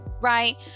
right